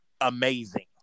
amazing